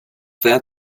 that